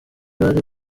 bari